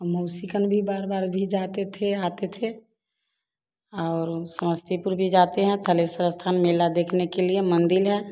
हम मौसी के यहाँ भी बार बार भी जाते थे आते थे और समस्तीपुर भी जाते हैं कालेश्वर स्थान मेला देखने के लिए मंदिर है